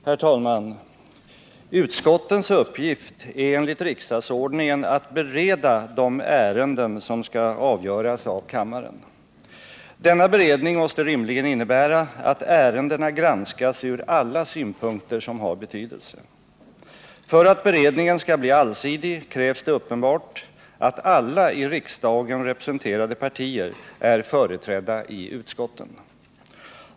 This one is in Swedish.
Herr talman! Utskottens uppgift är enligt riksdagsordningen att bereda de ärenden som skall avgöras av kammaren. Denna beredning måste rimligen innebära att ärendena granskas ur alla synpunkter som har betydelse. För att beredningen skall bli allsidig krävs det uppenbart att alla i riksdagen representerade partier är företrädda i utskotten.